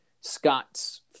Scott's